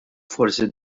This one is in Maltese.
forsi